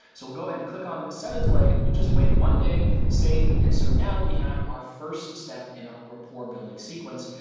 so we'll go ahead and click on set a delay, we'll just wait one day save and so now we have our first step in our rapport building sequence,